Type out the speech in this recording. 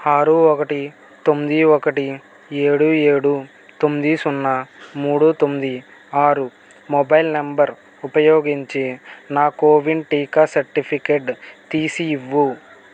ఆరు ఒకటి తొమ్మిది ఒకటి ఏడు ఏడు తొమ్మిది సున్నా మూడు తొమ్మిది ఆరు మొబైల్ నెంబర్ ఉపయోగించి నా కోవిన్ టీకా సర్టిఫికేట్ తీసి ఇవ్వు